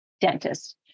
dentist